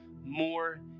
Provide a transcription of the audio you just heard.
more